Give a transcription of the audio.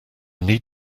need